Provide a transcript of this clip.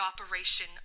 operation